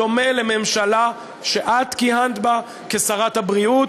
דומה לממשלה שאת כיהנת בה כשרת הבריאות,